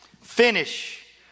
finish